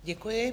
Děkuji.